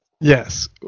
Yes